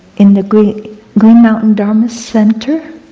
in the green green mountain dharma center,